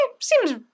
Seems